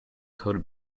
code